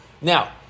Now